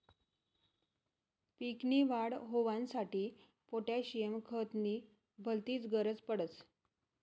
पीक नी वाढ होवांसाठी पोटॅशियम खत नी भलतीच गरज पडस